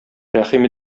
рәхим